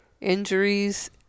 injuries